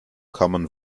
common